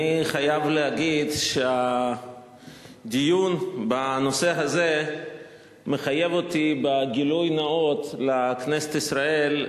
אני חייב להגיד שהדיון בנושא הזה מחייב אותי בגילוי נאות לכנסת ישראל,